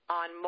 on